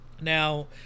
Now